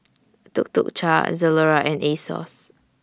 Tuk Tuk Cha Zalora and Asos